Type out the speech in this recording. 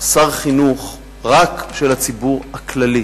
שר חינוך רק של הציבור הכללי.